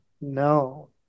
no